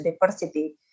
diversity